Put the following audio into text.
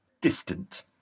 distant